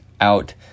out